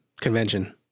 convention